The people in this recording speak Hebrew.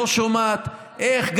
ולא שומעת איך,